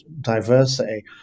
diversity